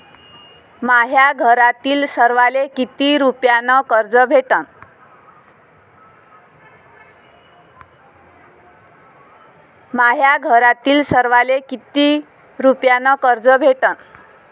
माह्या घरातील सर्वाले किती रुप्यान कर्ज भेटन?